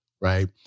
right